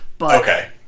Okay